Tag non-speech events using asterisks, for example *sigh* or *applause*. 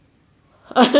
orh *noise*